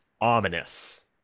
ominous